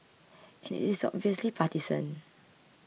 it is obviously partisan